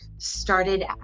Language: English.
started